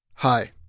Hi